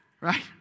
Right